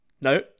No